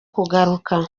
kugaruka